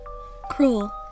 cruel